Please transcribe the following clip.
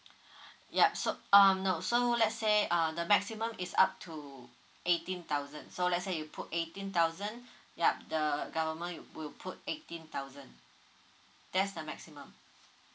ya so um no so let's say uh the maximum is up to eighteen thousand so let's say you put eighteen thousand ya the government will put eighteen thousand that's the maximum